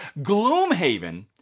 Gloomhaven